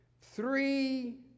three